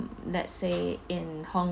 let's say in hong~